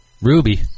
Ruby